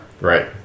Right